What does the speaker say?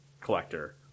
collector